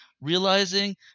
realizing